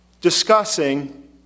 discussing